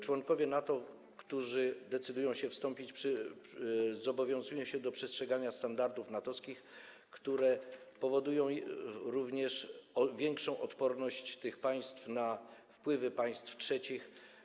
Członkowie NATO, którzy zdecydowali się wstąpić, zobowiązują się do przestrzegania standardów NATO-wskich, które powodują również większą odporność tych państw na wpływy państw trzecich.